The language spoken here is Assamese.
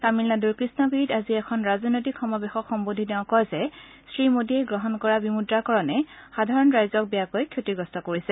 তামিলনাডুৰ কৃষ্ণগিৰিত আজি এখন ৰাজনৈতিক সমাৱেশক সম্বোধি তেওঁ কয় যে শ্ৰী মোদীয়ে গ্ৰহণ কৰা বিমুদ্ৰাকৰণে সাধাৰণ ৰাইজক বেয়াকৈ ক্ষতিগ্ৰস্ত কৰিছে